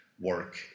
work